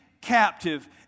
captive